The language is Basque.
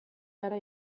gara